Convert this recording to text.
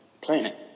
planet